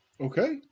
Okay